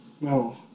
No